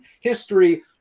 history